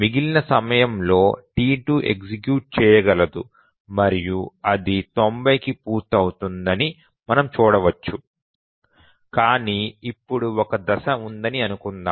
మిగిలిన సమయంలో T2 execute చేయగలదు మరియు అది 90 కి పూర్తవుతుందని మనం చూడవచ్చు కాని ఇప్పుడు ఒక దశ ఉందని అనుకుందాం